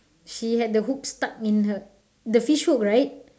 she had the hook stuck in her the fish hook right